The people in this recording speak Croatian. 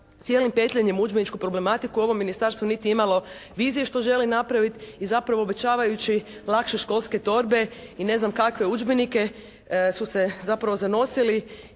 udžbeničku problematiku ovo ministarstvo niti je imalo vizije što želi napraviti. I zapravo obećavajući lakše školske torbe i ne znam kakve udžbenike su se zapravo zanosili